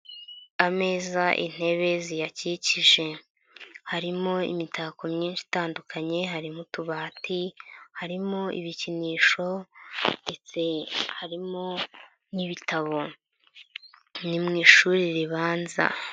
Ameza intebe ziyakikije. Harimo imitako myinshi itandukanye, harimo utubati, harimo ibikinisho ndetse harimo n'ibitabo. Ni mu ishuri ribanza.